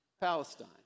Palestine